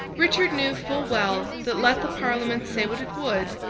richard knew full well that, let the parliament say what it would,